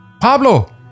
Pablo